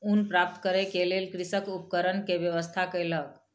ऊन प्राप्त करै के लेल कृषक उपकरण के व्यवस्था कयलक